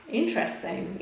interesting